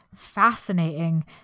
fascinating